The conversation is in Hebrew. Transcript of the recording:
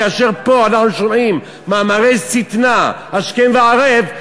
כאשר פה אנחנו שומעים מאמרי שטנה השכם והערב,